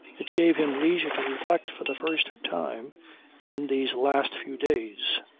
it gave him leisure to reflect for the first time in these last few days.